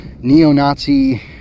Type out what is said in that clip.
neo-Nazi